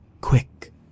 quick